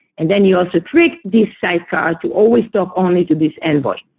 and then you also trick this sidecar to always talk only to this envoy,